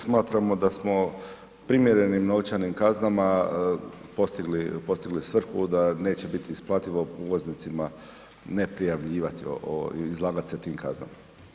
Smatramo da smo primjerenim novčanim kaznama postigli svrhu da neće biti isplativo uvoznicima ne prijavljivati i izlagati se tim kaznama.